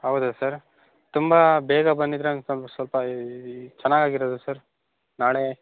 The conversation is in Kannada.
ಹೌದಾ ಸರ್ ತುಂಬ ಬೇಗ ಬಂದಿದ್ದರೆ ಒಂದು ಸ್ವಲ್ ಸ್ವಲ್ಪ ಈ ಈ ಚೆನ್ನಾಗಿ ಆಗಿರೋದು ಸರ್ ನಾಳೆ